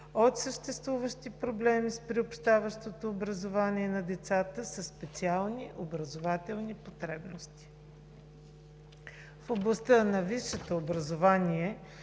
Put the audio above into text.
от съществуващи проблеми с приобщаващото образование на децата със специални образователни потребности. В областта на висшето образование